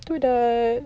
itu dah